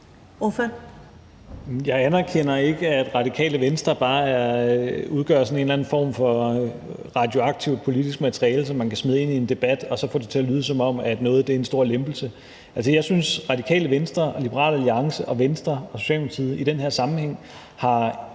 Jeg anerkender ikke, at Radikale Venstre bare udgør sådan en eller anden form for radioaktivt politisk materiale, som man kan smide ind i en debat og så få det til at lyde, som om noget er en stor lempelse. Altså, jeg synes, at Radikale Venstre, Liberal Alliance, Venstre og Socialdemokratiet i den her sammenhæng har